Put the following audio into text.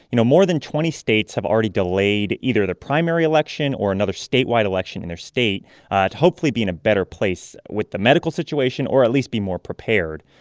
you know, more than twenty states have already delayed either their primary election or another statewide election in their state ah to hopefully be in a better place with the medical situation or at least be more prepared.